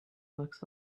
looks